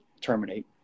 terminate